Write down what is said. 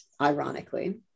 ironically